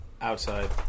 Outside